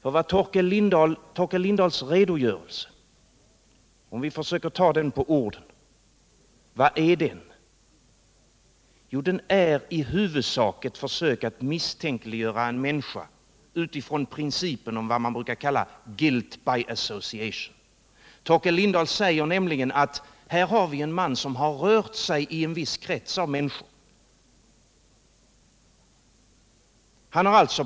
Om vi försöker ta Torkel Lindahls redogörelse på orden, vad är den? Jo, den är i huvudsak ett försök att misstänkliggöra en människa utifrån principen om vad man brukar kalla guilt by association. Torkel Lindahl säger nämligen att här har vi en man som har rört sig ien viss krets av människor.